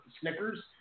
Snickers